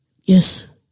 yes